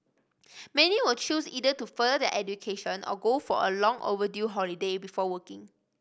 many will choose either to further their education or go for a long overdue holiday before working